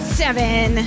seven